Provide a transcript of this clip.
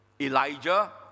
Elijah